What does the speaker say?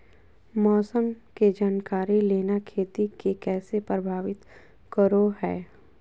मौसम के जानकारी लेना खेती के कैसे प्रभावित करो है?